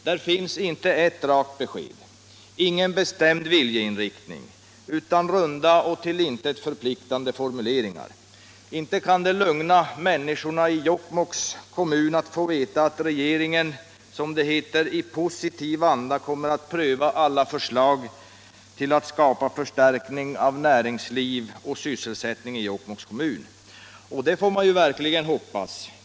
Det finns inte ert rakt besked, ingen bestämd viljeyttring utan runda och till intet förpliktande formuleringar. Inte kan det lugna människorna i Jokkmokks kommun att få veta att ”regeringen i positiv anda kommer att pröva alla förslag som kan bidra till en förstärkning av näringsliv och sysselsättning i Jokkmokks kommun”. Att regeringen kommer att göra på detta sätt får man ju verkligen hoppas.